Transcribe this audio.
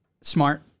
smart